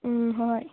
ꯎꯝ ꯍꯣꯏ ꯍꯣꯏ